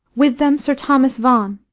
with them sir thomas vaughan,